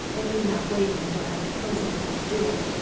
and me not waiting until after closing-time to do it.